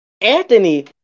Anthony